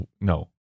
no